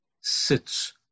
sits